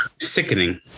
sickening